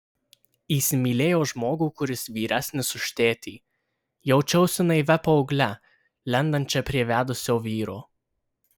įsimylėjo žmogų kuris vyresnis už tėtį jaučiausi naivia paaugle lendančia prie vedusio vyro